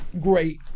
great